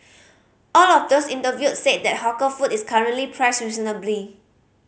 all of those interviewed said that hawker food is currently priced reasonably